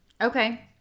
Okay